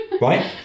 Right